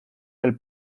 del